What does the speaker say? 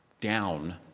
down